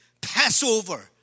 Passover